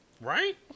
Right